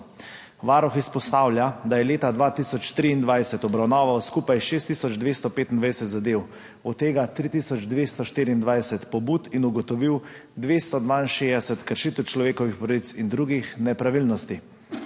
Varuh izpostavlja, da je leta 2023 obravnaval skupaj 6 tisoč 225 zadev, od tega 3 tisoč 224 pobud in ugotovil 262 kršitev človekovih pravic in drugih nepravilnosti.